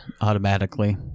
automatically